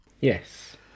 Yes